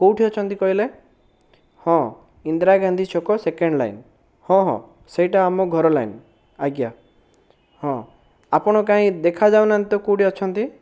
କେଉଁଠି ଅଛନ୍ତି କହିଲେ ହଁ ଇନ୍ଦ୍ରାଗାନ୍ଧୀ ଛକ ସେକେଣ୍ଡ ଲାଇନ ହଁ ହଁ ସେଇଟା ଆମ ଘର ଲାଇନ ଆଜ୍ଞା ହଁ ଆପଣ କାଇଁ ଦେଖା ଯାଉନାହାନ୍ତି ତ କେଉଁଠି ଅଛନ୍ତି